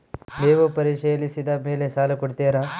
ನೇವು ಪರಿಶೇಲಿಸಿದ ಮೇಲೆ ಸಾಲ ಕೊಡ್ತೇರಾ?